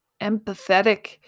empathetic